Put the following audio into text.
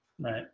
right